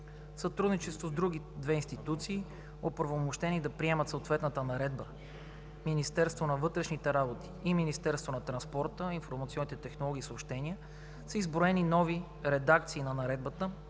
сътрудничество с другите две институции, оправомощени да приемат съответната Наредба – Министерство на вътрешните работи и Министерство на транспорта, информационните технологии и съобщенията, са изработени нови редакции на наредбата